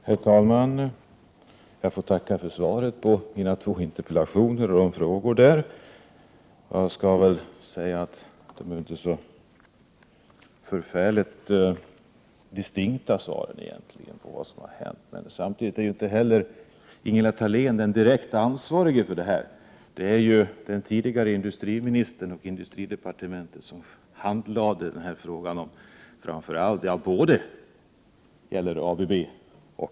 Herr talman! Jag tackar för svaret på mina två interpellationer. Svaren är inte särskilt distinkta, men Ingela Thalén är ju inte heller den direkt ansvariga för detta, utan det är den tidigare industriministern och industridepartementet där både frågan om ABB och frågan om Grängesberg handlagts.